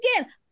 again